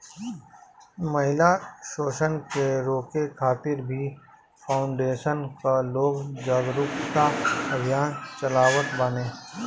महिला शोषण के रोके खातिर भी फाउंडेशन कअ लोग जागरूकता अभियान चलावत बाने